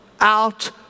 out